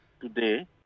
today